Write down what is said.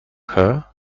hair